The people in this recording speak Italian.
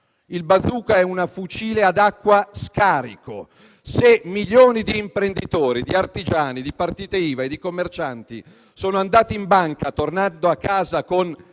Il *bazooka* è un fucile ad acqua scarico. Se milioni di imprenditori, artigiani, partite IVA e commercianti sono andati in banca e tornati a casa con